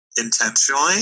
Intentionally